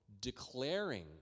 declaring